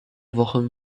wochen